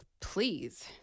please